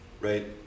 right